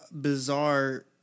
bizarre